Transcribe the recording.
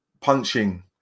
punching